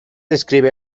describe